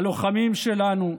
הלוחמים שלנו,